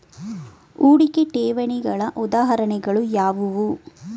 ಹೂಡಿಕೆ ಠೇವಣಿಗಳ ಉದಾಹರಣೆಗಳು ಯಾವುವು?